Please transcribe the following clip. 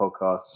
podcasts